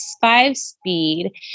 five-speed